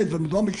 וזה חלק גדול,